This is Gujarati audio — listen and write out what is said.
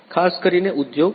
ખાસ કરીને ઉદ્યોગ 4